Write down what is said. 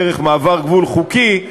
דרך מעבר גבול חוקי,